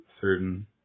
certain